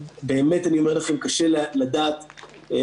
באמת אני אומר לכם: קשה לדעת מראש.